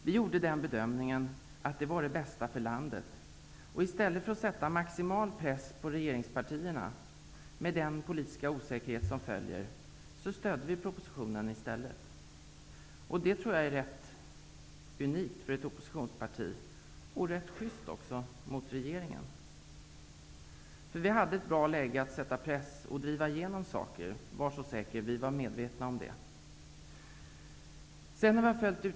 Vi gjorde den bedömningen att det var det bästa för landet, och i stället för att sätta maximal press på regeringspartierna, med den politiska osäkerhet som följer, stödde vi propositionen. Jag tror att detta är rätt unikt för ett oppositionsparti, och det är också rätt sjyst mot regeringen. Vi hade ett bra läge för att sätta press på regeringen och därmed driva igenom saker -- var så säkra på att vi var medvetna om det!